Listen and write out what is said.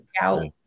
out